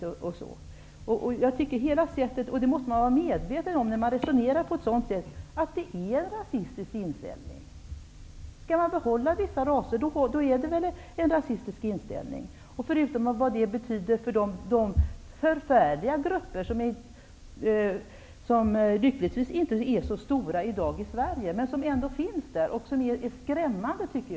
När man resonerar på ett sådant sätt måste man vara medveten om att det är en rasistisk inställning. Om man skall behålla visa raser, så är det väl en rasistisk inställning? Och vad betyder det för de förfärliga grupper som lyckligtvis inte är så stora i Sverige i dag men som ändå finns där? De är skrämmande.